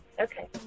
Okay